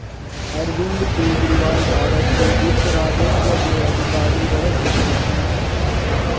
अरविंद केजरीवाल भारत के वित्त राजस्व के अधिकारी रह चुके हैं